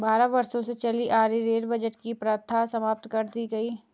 बारह वर्षों से चली आ रही रेल बजट की प्रथा समाप्त कर दी गयी